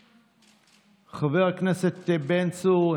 חבר הכנסת בן צור,